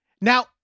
Now